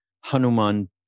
Hanuman